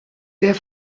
der